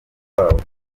babo